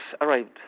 arrived